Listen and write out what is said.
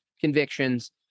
convictions